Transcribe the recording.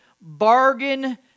bargain